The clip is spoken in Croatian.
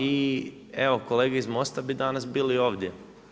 I evo kolege iz MOST-a bi danas bili ovdje.